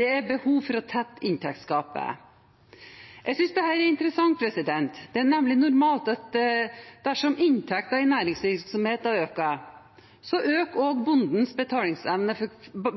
er behov for å tette inntektsgapet». Jeg synes dette er interessant. Det er nemlig normalt slik at dersom inntekten i næringsvirksomheten øker, så øker også bondens